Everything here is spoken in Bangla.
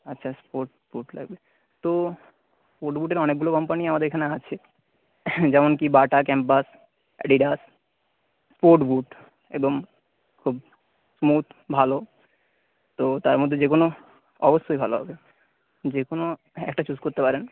আচ্ছা স্পোর্টস বুট লাগবে তো স্পোর্টস বুটের অনেকগুলো কোম্পানিই আমাদের এখানে আছে যেমন কী Bata campus Adidas sports boot এবং খুব স্মুথ ভালো তো তার মধ্যে যে কোনো অবশ্যই ভালো হবে যে কোনো একটা চুজ করতে পারেন